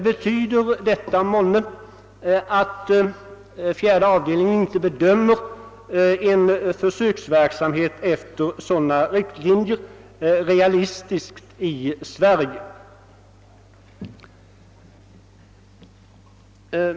Betyder det månne att fjärde avdelningen inte bedömer en försöksverksamhet i Sverige efter sådana riktlinjer som realistisk?